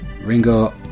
Ringo